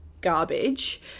garbage